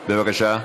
בבקשה.